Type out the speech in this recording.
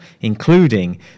including